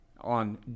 on